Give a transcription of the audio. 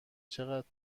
چقدر